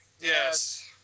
Yes